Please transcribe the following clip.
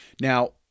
Now